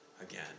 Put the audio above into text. again